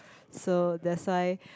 so that's why